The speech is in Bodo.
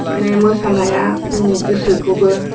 माने मोसानाया जोंनि गोसोखौबो